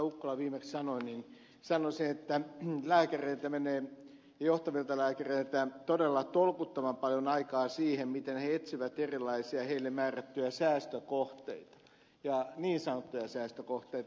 ukkola viimeksi sanoi sanoisin että lääkäreiltä ja johtavilta lääkäreiltä menee todella tolkuttoman paljon aikaa siihen miten he etsivät erilaisia heille määrättyjä säästökohteita niin sanottuja säästökohteita